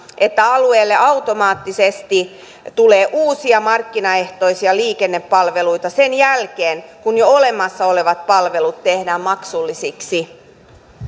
että alueelle automaattisesti tulee uusia markkinaehtoisia liikennepalveluita sen jälkeen kun jo olemassa olevat palvelut tehdään maksullisiksi